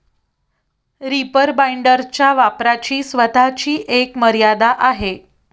reaper बाइंडरच्या वापराची स्वतःची एक मर्यादा आहे